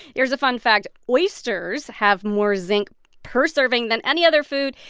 here's a fun fact oysters have more zinc per serving than any other food.